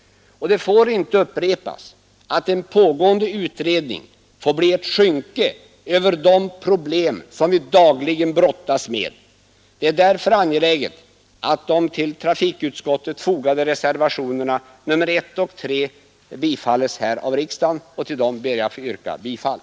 Det får inte upprepas att en pågående utredning blir ett skynke över de problem som vi dagligen brottas med. Det är därför angeläget att de till trafikutskottet fogade reservationerna 1 och 3 bifalles av riksdagen, och till dem ber jag att få yrka bifall.